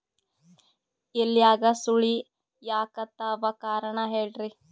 ಎಲ್ಯಾಗ ಸುಳಿ ಯಾಕಾತ್ತಾವ ಕಾರಣ ಹೇಳ್ರಿ?